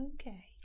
Okay